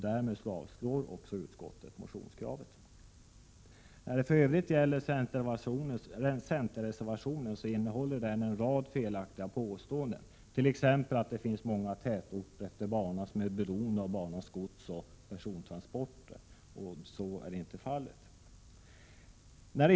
Därmed avstyrker utskottet motionskraven. Centerreservationen innehåller för övrigt en rad felaktiga påståenden, t.ex. att det finns många tätorter efter banan som är beroende av banans godsoch persontransporter. Så är inte fallet.